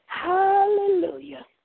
Hallelujah